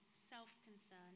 self-concern